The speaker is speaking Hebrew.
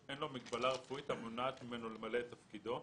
אין לו מגבלה רפואית המונעת ממנו למלא את תפקידו.